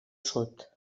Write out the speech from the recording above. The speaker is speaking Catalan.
sud